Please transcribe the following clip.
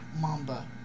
mamba